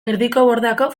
erdikobordako